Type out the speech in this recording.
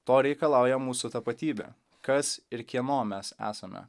to reikalauja mūsų tapatybė kas ir kieno mes esame